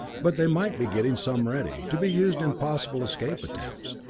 but they might be getting some ready, to be used in possible escape attempts.